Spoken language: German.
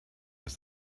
ist